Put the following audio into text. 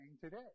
today